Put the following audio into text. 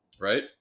Right